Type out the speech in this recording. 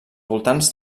voltants